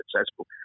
successful